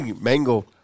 Mango